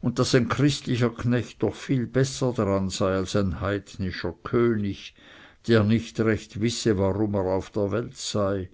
und daß ein christlicher knecht doch viel besser daran sei als ein heidnischer könig der nicht recht wisse warum er auf der welt sei